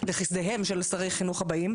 לחסדיהם של שרי החינוך הבאים.